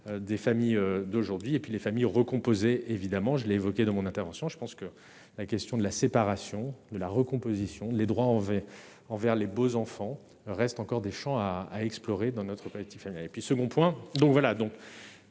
des familles d'aujourd'hui et puis les familles recomposées, évidemment je l'ai évoqué dans mon intervention, je pense que la question de la séparation de la recomposition les droits envers envers les beaux enfants reste encore des champs à à explorer dans notre palette Typhaine et puis second point donc voilà